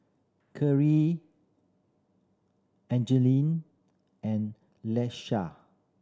Kyrie Angeline and Leisha